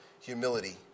humility